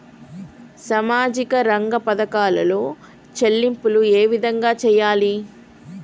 సామాజిక రంగ పథకాలలో చెల్లింపులు ఏ విధంగా చేయాలి?